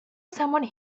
someone